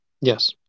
Yes